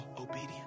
obedience